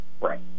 Right